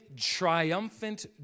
triumphant